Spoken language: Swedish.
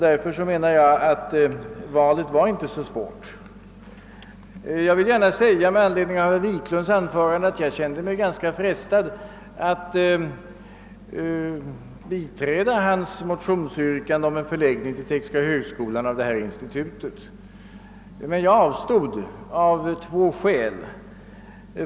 Därför var valet inte så svårt. Med anledning av herr Wiklunds i Härnösand anförande vill jag gärna säga att jag kände mig ganska frestad att biträda hans motionsyrkande om en förläggning av institutet till tekniska högskolan. Jag avstod av två skäl.